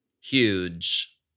Huge